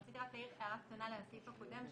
רציתי להעיר הערה קטנה לסעיף הקודם,